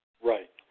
Right